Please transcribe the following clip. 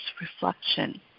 reflection